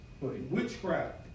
Witchcraft